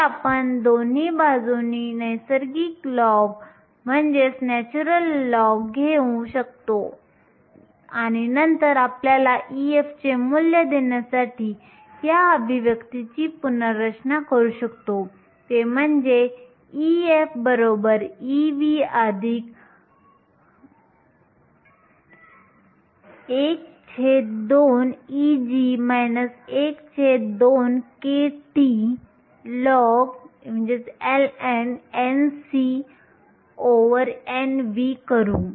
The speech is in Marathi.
तर आपण दोन्ही बाजूंनी नैसर्गिक लॉग घेऊ शकतो आणि नंतर आपल्याला Ef चे मूल्य देण्यासाठी या अभिव्यक्तीची पुनर्रचना करू शकतो ते Ef Ev 12Eg 12kTln NcNv करू